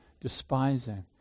despising